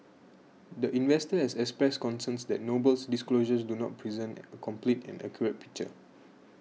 the investor has expressed concerns that Noble's disclosures do not present a complete and accurate picture